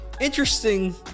interesting